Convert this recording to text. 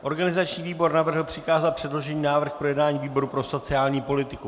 Organizační výbor navrhl přikázat předložený návrh k projednání výboru pro sociální politiku.